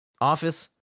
Office